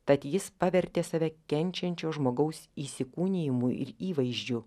tad jis pavertė save kenčiančio žmogaus įsikūnijimu ir įvaizdžiu